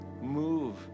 move